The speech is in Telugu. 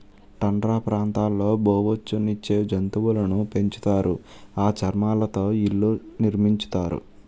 టండ్రా ప్రాంతాల్లో బొఉచ్చు నిచ్చే జంతువులును పెంచుతారు ఆ చర్మాలతో ఇళ్లు నిర్మించుతారు